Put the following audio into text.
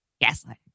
Gaslight